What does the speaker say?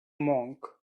monk